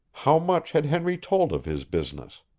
how much had henry told of his business?